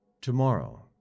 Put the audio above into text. Tomorrow